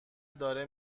داره